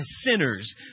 sinners